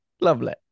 Lovely